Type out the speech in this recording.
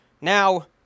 Now